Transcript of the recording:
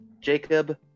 Jacob